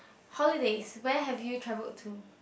holidays where have you traveled to